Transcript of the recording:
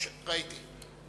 ראיתי.